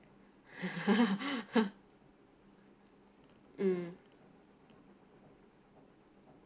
mm